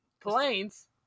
Planes